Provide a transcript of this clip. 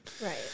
right